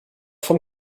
vom